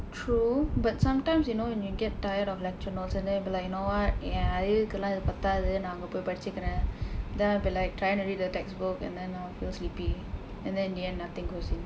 true but sometimes you know when you get tired of lecture notes and then you'll be like you know what என் அறிவுக்கு எல்லாம் இது பத்தாது நான் அங்க போய் படிச்சுருக்கிறேன்:en arivukku ellaam ithu paththaathu naan angka pooy padichsurukkireen then I'll be like trying to read the textbook and then I will feel sleepy and then in the end nothing goes in